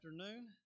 afternoon